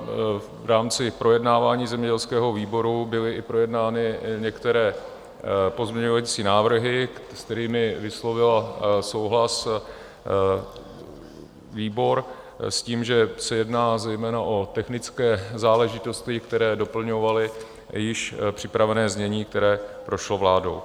V rámci projednávání zemědělského výboru byly i projednány některé pozměňovací návrhy, s kterými vyslovil souhlas výbor, s tím, že se jedná zejména o technické záležitosti, které doplňovaly již připravené znění, které prošlo vládou.